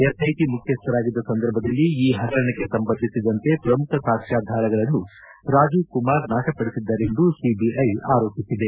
SIT ಮುಖ್ಯಸ್ಲರಾಗಿದ್ದ ಸಂದರ್ಭದಲ್ಲಿ ಈ ಪಗರಣಕ್ಕೆ ಸಂಬಂಧಿಸಿದಂತೆ ಪ್ರಮುಖ ಸಾಕ್ಷಾಧಾರಗಳನ್ನು ರಾಜೀವ್ ಕುಮಾರ್ ನಾಶಪಡಿಸಿದ್ದರೆಂದು ಸಿಬಿಐ ಆರೋಪಿಸಿದೆ